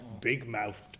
big-mouthed